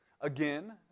Again